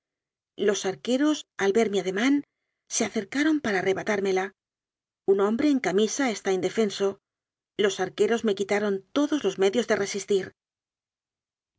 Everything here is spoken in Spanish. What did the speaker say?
los arqueros al ver mi ademán se acercaron para arrebatármela un hombre en camisa está indefenso los arqueros me quitaron todos los medios de resistir